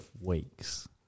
Weeks